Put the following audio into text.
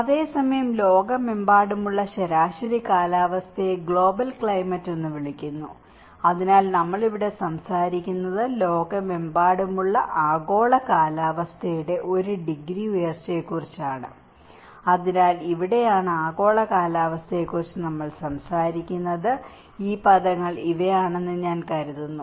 അതേസമയം ലോകമെമ്പാടുമുള്ള ശരാശരി കാലാവസ്ഥയെ ഗ്ലോബൽ ക്ലൈമറ്റ് എന്ന് വിളിക്കുന്നു അതിനാൽ നമ്മൾ ഇവിടെ സംസാരിക്കുന്നത് ലോകമെമ്പാടുമുള്ള ആഗോള കാലാവസ്ഥയുടെ ഒരു ഡിഗ്രി ഉയർച്ചയെക്കുറിച്ചാണ് അതിനാൽ അവിടെയാണ് ആഗോള കാലാവസ്ഥയെക്കുറിച്ച് നമ്മൾ സംസാരിക്കുന്നത് ഈ പദങ്ങൾ ഇവയാണെന്ന് ഞാൻ കരുതുന്നു